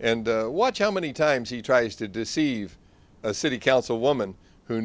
and watch how many times he tries to deceive a city councilwoman who